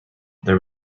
there